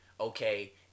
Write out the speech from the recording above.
okay